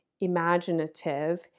imaginative